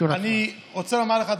אני רוצה לומר לך,